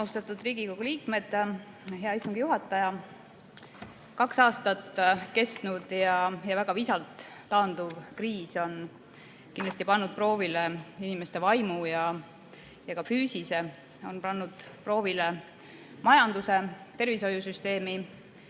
Kaks aastat kestnud ja väga visalt taanduv kriis on kindlasti pannud proovile inimeste vaimu ja ka füüsise, on pannud proovile majanduse, tervishoiusüsteemi,